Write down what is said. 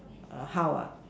err how ah